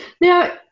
Now